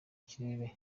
kirere